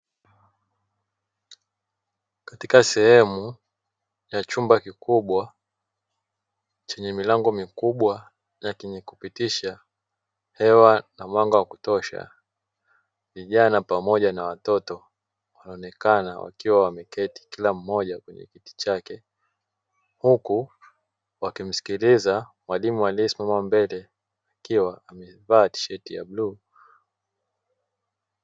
Katika sehemu ya chumba kikubwa, chenye milango mikubwa na chenye kupitisha hewa na mwanga wa kutosha. Vijana pamoja na watoto, wanaonekana wakiwa wameketi kila mmoja kwenye kiti chake. Huku wakimsikiliza mwalimu aliyesimama mbele, akiwa amevaa tisheti ya bluu.